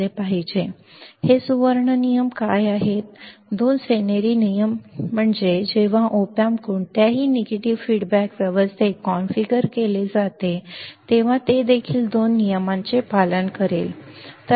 हे सुवर्ण नियम काय आहेत दोन सोनेरी नियम आहेत जेव्हा op amp कोणत्याही नकारात्मक अभिप्राय व्यवस्थेत कॉन्फिगर केले जाते तेव्हा ते खालील दोन नियमांचे पालन करेल